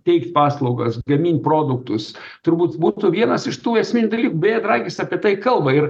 teikt paslaugas gamint produktus turbūt būtų vienas iš tų esminių dalykų beje dragis apie tai kalba ir